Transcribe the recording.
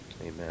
Amen